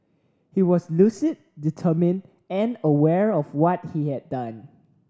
he was lucid determined and aware of what he had done